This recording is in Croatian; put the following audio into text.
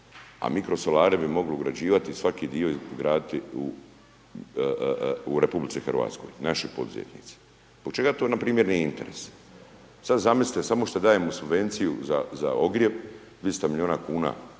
a mikro solare bi mogli ugrađivati, svaki dio izgraditi u Republici Hrvatskoj, naši poduzetnici. Zbog čega to na primjer nije interes? Sad zamislite samo šta dajemo u subvenciju za ogrijev 300 milijuna kuna